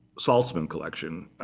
saltzman collection,